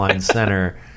center